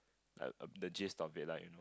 err the gist of it like you know